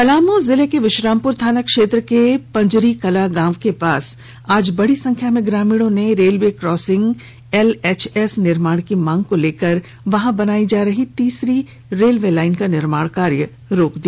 पलामू जिले के विश्रामपुर थाना क्षेत्र के पंजरीकला गांव के पास आज बड़ी संख्या में ग्रामीणों ने रेलवे क्रॉसिंग एलएचएस निर्माण की मांग लेकर वहां बनाई जा रही तीसरी रेलवे लाइन का निर्माण कार्य रोक दिया